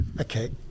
okay